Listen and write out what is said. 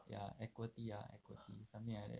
ya equity ah equity something like that